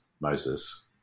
Moses